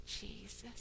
Jesus